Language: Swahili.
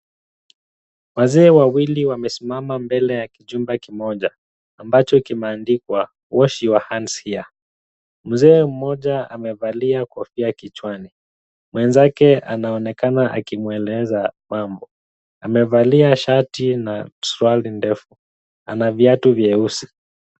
Wazee wawili wamesimama mbele ya kijumba kimoja ambacho kimeandikwa wash your hands here . Mzee mmoja amevalia kofia kichwani, mwenzake anaonekana akimweleza mambo, amevalia shati na suruali ndefu, ana viatu vyeusi.